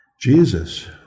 Jesus